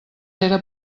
era